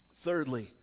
Thirdly